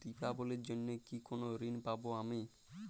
দীপাবলির জন্য কি কোনো ঋণ পাবো আমি?